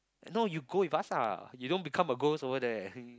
no you go with us lah you don't become a ghost over there